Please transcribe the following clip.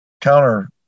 counter